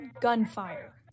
gunfire